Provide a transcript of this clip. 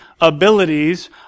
abilities